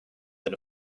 than